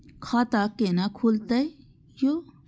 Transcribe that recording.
खाता केना खुलतै यो